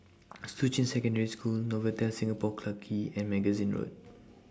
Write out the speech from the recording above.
Shuqun Secondary School Novotel Singapore Clarke Quay and Magazine Road